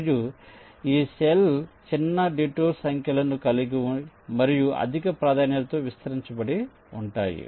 మరియు ఈ సెల్ చిన్న డిటూర్ సంఖ్యలను కలిగి మరియు అధిక ప్రాధాన్యతతో విస్తరించబడి ఉంటాయి